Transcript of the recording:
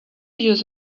years